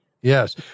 Yes